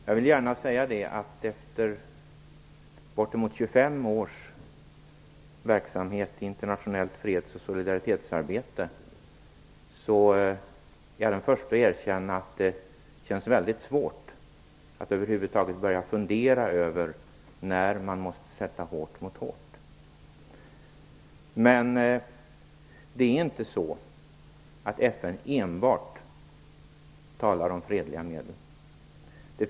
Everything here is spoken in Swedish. Jag vill gärna säga att efter bortåt 25 års verksamhet i internationellt freds och solidaritetsarbete är jag den förste att erkänna att det känns mycket svårt att över huvud taget börja fundera över när man måste sätta hårt mot hårt. Det är dock inte så att FN enbart talar om fredliga medel.